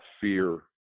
fear